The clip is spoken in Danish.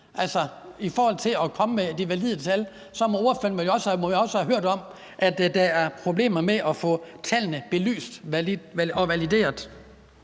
Altså, i forhold til at komme med de valide tal må ordføreren jo også have hørt om, at der er problemer med at få tallene belyst og valideret.